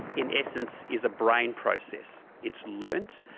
in essence, is a brain process. it's learnt.